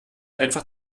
einfach